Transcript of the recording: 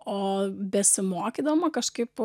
o besimokydama kažkaip